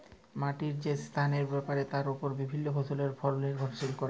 মাটির যে সাস্থের ব্যাপার তার ওপর বিভিল্য ফসলের ফল লির্ভর ক্যরে